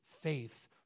faith